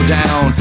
down